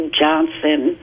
johnson